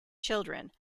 children